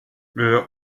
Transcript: der